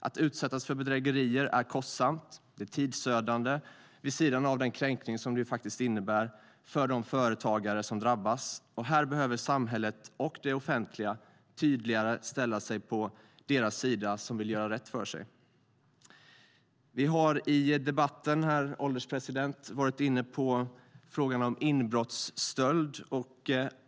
Att utsättas för bedrägerier är kostsamt och tidsödande vid sidan av den kränkning som det innebär för de företagare som drabbas. Här behöver samhället och det offentliga tydligare ställa sig på deras sida som vill göra rätt för sig. Vi har i debatten, herr ålderspresident, varit inne på frågan om inbrottsstöld.